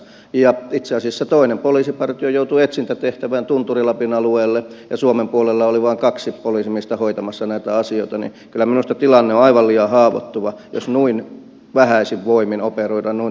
itse asiassa toinen poliisipartio joutui etsintätehtävään tunturi lapin alueelle ja suomen puolella oli vain kaksi poliisimiestä hoitamassa näitä asioita niin että kyllä minusta tilanne on aivan liian haavoittuva jos noin vähäisin voimin operoidaan noin tärkeissä asioissa